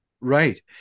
Right